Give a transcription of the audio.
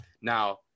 Now